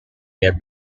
their